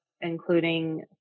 including